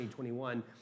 2021